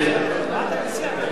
מה אתה מציע?